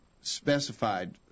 specified